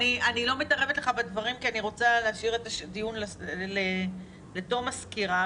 אני לא מתערבת לך בדברים כי אני רוצה להשאיר את הדיון לתום הסקירה,